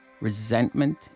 resentment